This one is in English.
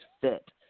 fit